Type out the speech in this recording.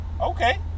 Okay